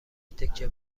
تکه